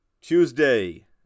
Tuesday